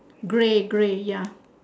grey grey ya